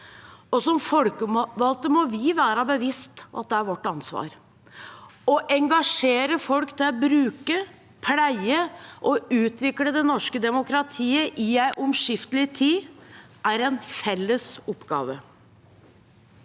som folkevalgte må vi være bevisst at det er vårt ansvar. Å engasjere folk til å bruke, pleie og utvikle det norske demokratiet i en omskiftelig tid er en felles oppgave.